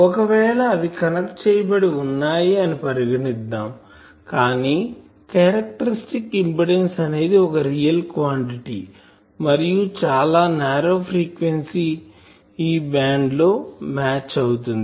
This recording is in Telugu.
ఒకవేళ అవి కనెక్ట్ చేయబడి వున్నాయి అని పరిగణిద్దాం కానీ క్యారక్టరిస్టిక్ ఇంపిడెన్సు అనేది ఒక రియల్ క్వాంటిటీ మరియు చాలా నారో ఫ్రీక్వెన్సీ బ్యాండ్ లో నే మ్యాచ్ అవుతుంది